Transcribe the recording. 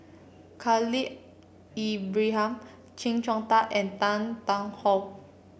Khalil Ibrahim Chee Hong Tat and Tan Tarn How